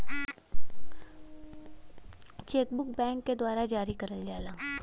check book bank के द्वारा जारी करल जाला